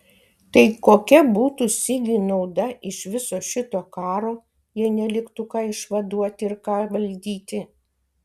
tai kokia būtų sigiui nauda iš viso šito karo jei neliktų ką išvaduoti ir ką valdyti